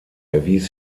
erwies